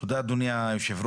תודה, אדוני היושב-ראש.